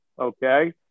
Okay